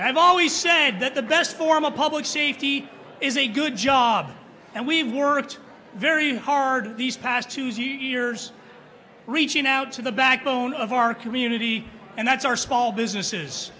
the i've always said that the best form of public safety is a good job and we've worked very hard these past two zero reaching out to the backbone of our community and that's our small businesses